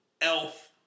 elf